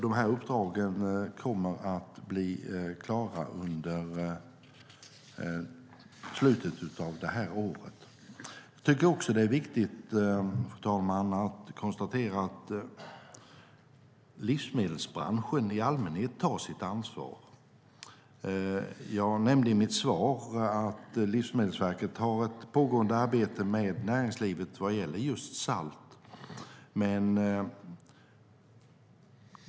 De här arbetena kommer att bli klara under slutet av det här året. Det är viktigt, fru talman, att konstatera att livsmedelsbranschen i allmänhet tar sitt ansvar. Jag nämnde i mitt svar att Livsmedelsverket har ett pågående arbete med näringslivet vad gäller just salt.